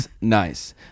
nice